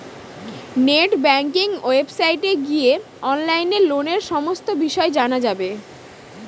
net banking ওয়েবসাইটে গিয়ে অনলাইনে লোনের সমস্ত বিষয় জানা যাবে